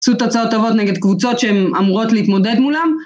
תשאירו תוצאות טובות נגד קבוצות שהן אמורות להתמודד מולם.